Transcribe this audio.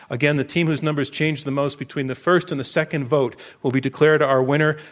again, the team whose numbers changed the most between the first and the second vote will be declared our winner.